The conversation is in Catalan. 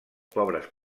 pobres